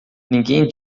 ninguém